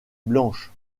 blanches